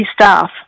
staff